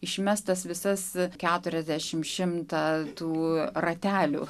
išmes tas visas keturiasdešim šimtą tų ratelių